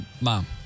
Mom